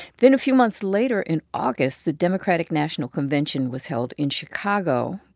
then a few months later, in august, the democratic national convention was held in chicago.